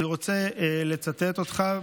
אני רוצה לצטט אותך,